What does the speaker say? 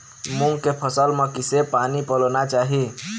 मूंग के फसल म किसे पानी पलोना चाही?